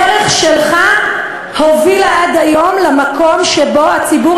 הדרך שלך הובילה עד היום למקום שבו הציבור